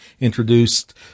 introduced